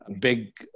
big